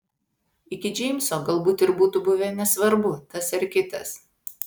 iki džeimso galbūt ir būtų buvę nesvarbu tas ar kitas